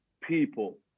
people